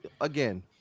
again